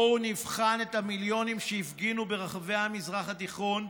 בואו נבחן את המיליונים שהפגינו ברחבי המזרח התיכון.